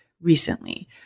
recently